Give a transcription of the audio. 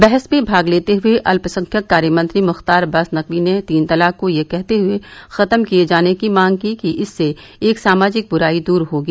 बहस में भाग लेते हुए अल्पसंख्यक कार्य मंत्री मुख्तार अब्बास नकवी ने तीन तलाक को यह कहते हुए खत्म किये जाने की मांग की कि इससे एक सामाजिक ब्राई दुर होगी